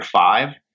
five